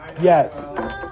Yes